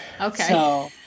Okay